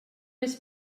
més